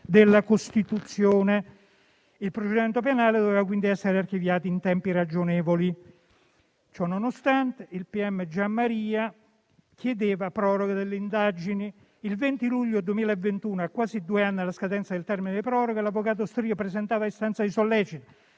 della Costituzione. Il procedimento penale doveva, quindi, essere archiviato in tempi ragionevoli. Ciononostante, il pubblico ministero Giammaria chiedeva proroga delle indagini. Il 20 luglio 2021, a quasi due anni dalla scadenza del termine della proroga, l'avvocato Strigari presentava istanza di sollecito,